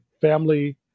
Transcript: family